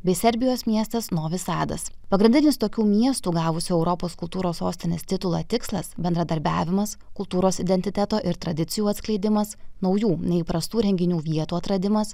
bei serbijos miestas novi sadas pagrindinis tokių miestų gavusių europos kultūros sostinės titulą tikslas bendradarbiavimas kultūros identiteto ir tradicijų atskleidimas naujų neįprastų renginių vietų atradimas